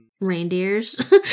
Reindeers